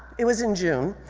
it was in june,